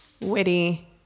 witty